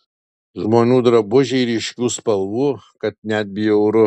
žmonių drabužiai ryškių spalvų kad net bjauru